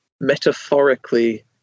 metaphorically